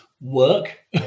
work